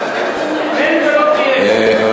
אין ולא תהיה.